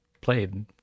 played